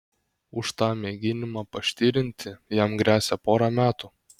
už tą mėginimą paštirinti jam gresia pora metų